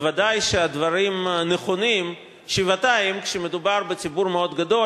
ודאי שהדברים נכונים שבעתיים כשמדובר בציבור מאוד גדול.